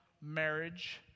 marriage